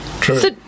True